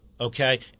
okay